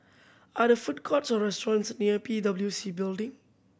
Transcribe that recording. are the food courts or restaurants near P W C Building